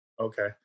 Okay